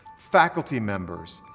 faculty members,